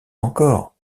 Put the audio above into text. encore